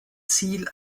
ziel